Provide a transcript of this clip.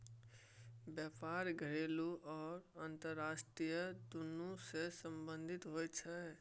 बेपार घरेलू आ अंतरराष्ट्रीय दुनु सँ संबंधित होइ छै